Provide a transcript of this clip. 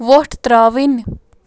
وۄٹھ ترٛاوٕنۍ